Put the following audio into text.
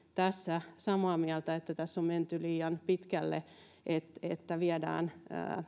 tässä samaa mieltä että tässä on menty liian pitkälle että että viedään